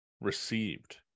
received